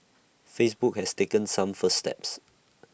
Facebook has taken some first steps